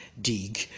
dig